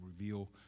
reveal